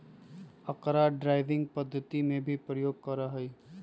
अकरा ड्राइविंग पद्धति में भी प्रयोग करा हई